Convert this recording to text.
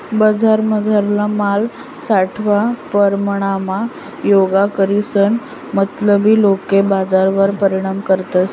बजारमझारला माल सावठा परमाणमा गोया करीसन मतलबी लोके बजारवर परिणाम करतस